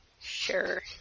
Sure